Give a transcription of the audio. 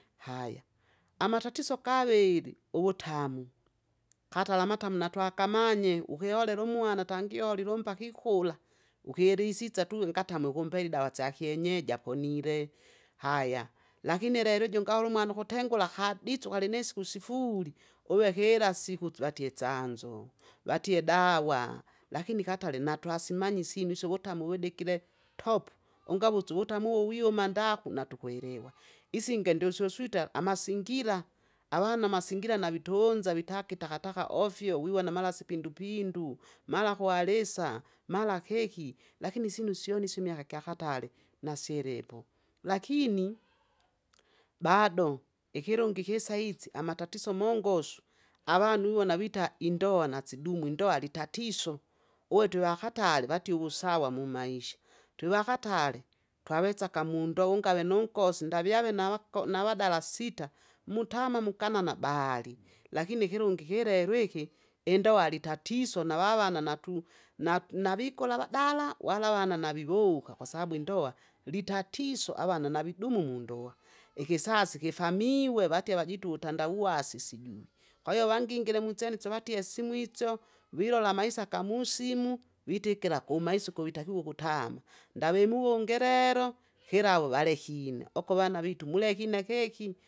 Haya amatatiso gaveri, uwutamwa. katalamata mnatwagamanye, ukiolelu mwana tangi oleli mbaki kula, uhirisidza tu ngata muhumpeli dawa dza kyenyeji aponile, haya, lakini leleju ungahulu mwanu kutengula hadidzu halini siku sifuli, uve hila sikhu dzwatye dzanzo, vatye dawa, lakini katale natwasimanyi sinu wutamwa wudigile topu, ungawudzu wutamwa wiyoma ndaku natukwelewa, isinge ndususuta amasingira, avanu amasingira na vitunza vitagi takataka ofyo wiwona mala sipindupindu, mara hwalesa, mala hehi. Lakini sinu sioni simyaha gya hatale, na silipo, lakini, bado ikilungi kisahidzi amatatiso mongosu, avanu iwona vita indoa na dzidumu indoa litatiso, uhwe tiva hatali vati usawa mumaisha, twi vahatale, twavedzaga mundo ungave numgosi ndavi ave na ugo na vadala sita, mutama mganana baali. Lakini kilungu kilehwiki, indowa litatiso na vavana natu, na vikola vadala wala wana na viwo, kwasabu indowa litatiso avana na vidumu mundowa, ikisasi kifamiwe vate vajitu utandawasi sijui. Kwaiyo vangingile mu dzene dze vatiye simu idzo, vilola maisa ga musimu, vitigila gu maisa guwitakiwa uguta, ndave muwongerero, hilawo valehine, oko vana vitu mulekhine kheki.